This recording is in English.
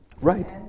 Right